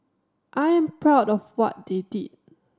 I am proud of what they did